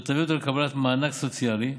אשר תביא אותו לקבלת מענק סוציאלי,